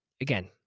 Again